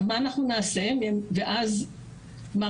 ואז מה,